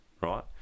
right